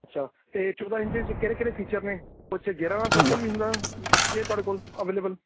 ਅੱਛਾ ਅਤੇ ਚੌਦ੍ਹਾਂ ਇੰਚੀ 'ਚ ਕਿਹੜੇ ਕਿਹੜੇ ਫੀਚਰ ਨੇ ਉਹ 'ਚ ਗੇਰਾਂ ਵਾਲਾ ਸਾਈਕਲ ਵੀ ਹੁੰਦਾ ਹੈਗੇ ਤੁਹਾਡੇ ਕੋਲ ਅਵੇਲੇਬਲ